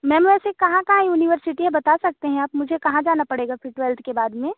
ma'am वैसे कहाँ का यूनिवर्सिटी है बता सकते हैं आप मुझे कहाँ जाना पड़ेगा फिर ट्वेल्थ के बाद में